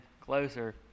closer